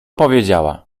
powiedziała